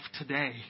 today